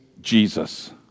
Jesus